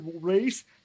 race